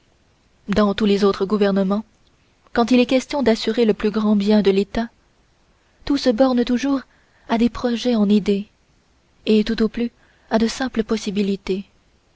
dans tous les autres gouvernements quand il est question d'assurer le plus grand bien de l'état tout se borne toujours à des projets en idées et tout au plus à de simples possibilités